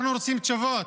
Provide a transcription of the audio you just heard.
אנחנו רוצים תשובות,